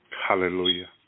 Hallelujah